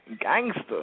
Gangster